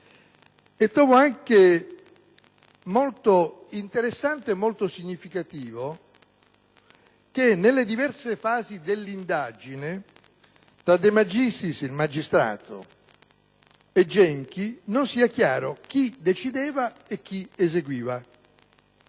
Trovo anche molto interessante e significativo che nelle diverse fasi dell'indagine, tra il magistrato De Magistris e Genchi non fosse chiaro chi decideva e chi eseguiva.